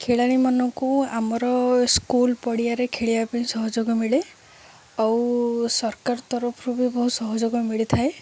ଖେଳାଳିମାନଙ୍କୁ ଆମର ସ୍କୁଲ୍ ପଡ଼ିଆରେ ଖେଳିବା ପାଇଁ ସହଯୋଗ ମିଳେ ଆଉ ସରକାର ତରଫରୁ ବି ବହୁତ ସହଯୋଗ ମିଳିଥାଏ